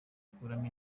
gukuramo